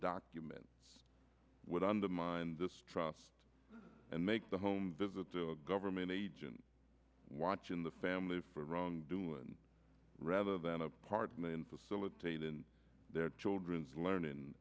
document would undermine this trust and make the home visits a government agent watch in the family for wrong doing rather than a part in facilitate in their children's learning